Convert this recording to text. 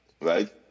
Right